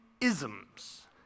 isms